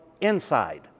inside